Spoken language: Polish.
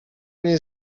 nie